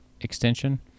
extension